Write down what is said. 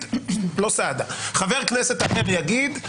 חבר כנסת אחר יגיד,